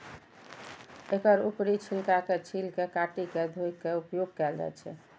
एकर ऊपरी छिलका के छील के काटि के धोय के उपयोग कैल जाए छै